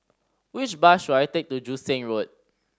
which bus should I take to Joo Seng Road